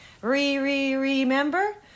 Re-re-remember